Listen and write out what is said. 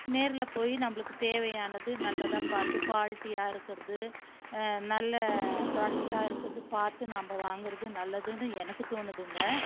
நேரில் போய் நம்மளுக்கு தேவையானது நல்லதாக பார்த்து குவாலிட்டியாக இருக்கிறது நல்ல ப்ராடெக்ட்டாக இருக்கிறது பார்த்து நாம் வாங்குறது நல்லதுன்னு எனக்கு தோணுதுங்க